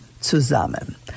zusammen